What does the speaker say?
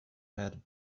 head